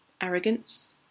arrogance